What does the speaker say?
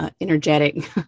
energetic